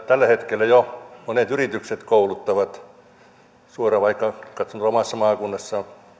tällä hetkellä jo monet yritykset kouluttavat suoraan jos katson vaikka omaa maakuntaani